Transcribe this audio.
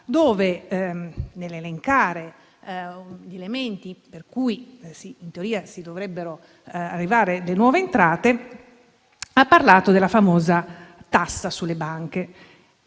dove, nell'elencare gli elementi per cui in teoria dovrebbero arrivare delle nuove entrate, ha parlato della famosa tassa sulle banche.